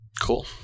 Cool